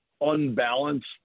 unbalanced